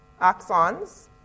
axons